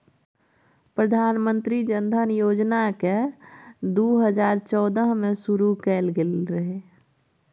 प्रधानमंत्री जनधन योजना केँ दु हजार चौदह मे शुरु कएल गेल रहय